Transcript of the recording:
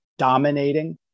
dominating